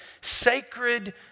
sacred